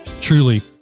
Truly